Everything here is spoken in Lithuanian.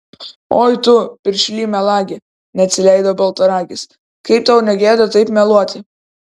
oi tu piršly melagi neatsileido baltaragis kaip tau ne gėda taip meluoti